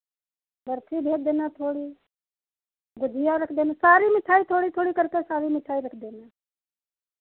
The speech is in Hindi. बर्फ़ी भेज देना थोड़ी गुझिया रख देना सारी मिठाई थोड़ी थोड़ी करके सारी मिठाई रख देना